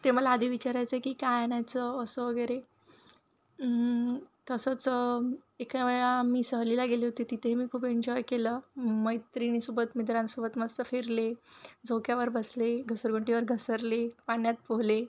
ते मला आधी विचारायचे की काय आणायचं असं वगैरे तसंच एका वेळेला मी सहलीला गेले होते तिथेही मी खूप एन्जॉय केलं मैत्रिणीसोबत मित्रांसोबत मस्त फिरले झोक्यावर बसले घसरगुंडीवर घसरले पाण्यात पोहले